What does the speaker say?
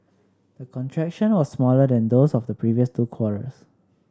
the contraction was smaller than those of the previous two quarters